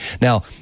Now